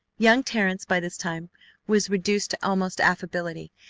young terrence by this time was reduced to almost affability,